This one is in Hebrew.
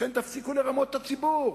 תפסיקו לרמות את הציבור.